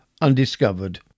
undiscovered